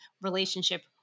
relationship